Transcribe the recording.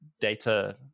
data